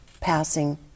passing